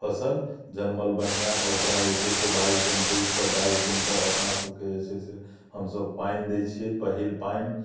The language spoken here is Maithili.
फसल जनमल बढ़िआँ ओकरा जे छै से बाइस दिन बीस सँ बाइस दिनपर अपनासब जे छै से हमसब पानि दै छियै पहिल पानि